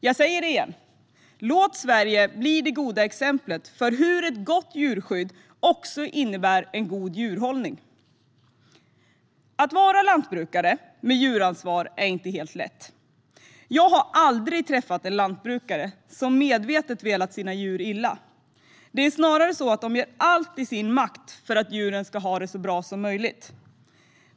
Jag säger det igen: Låt Sverige bli det goda exemplet på hur ett gott djurskydd också innebär en god djurhållning! Att vara lantbrukare med djuransvar är inte helt lätt. Jag har aldrig träffat en lantbrukare som medvetet velat sina djur illa. Det är snarare så att de gör allt i sin makt för att djuren ska ha det så bra som möjligt.